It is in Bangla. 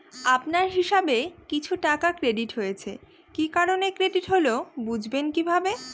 আপনার হিসাব এ কিছু টাকা ক্রেডিট হয়েছে কি কারণে ক্রেডিট হল বুঝবেন কিভাবে?